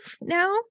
now